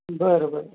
बरं बरं